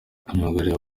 myugariro